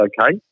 okay